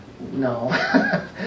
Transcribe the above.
No